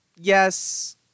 Yes